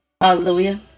hallelujah